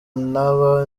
naba